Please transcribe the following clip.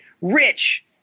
Rich